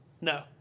No